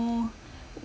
oh